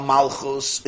Malchus